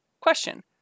Question